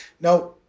Now